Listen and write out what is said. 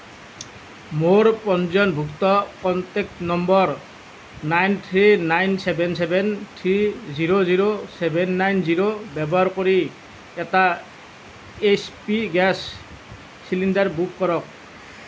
মোৰ পঞ্জীয়নভুক্ত contact number nine three nine seven seven three zero zero seven nine zero ব্যৱহাৰ কৰি এটা H P gas cylinder book কৰক